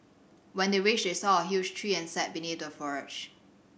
when they reached they saw a huge tree and sat beneath the foliage